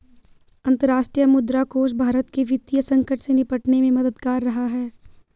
अंतर्राष्ट्रीय मुद्रा कोष भारत के वित्तीय संकट से निपटने में मददगार रहा है